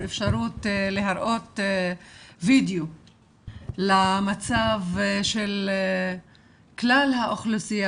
אפשרות להראות וידאו על המצב של כלל האוכלוסייה